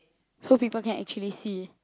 so people can actually see